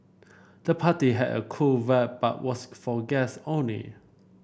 the party had a cool vibe but was for guest only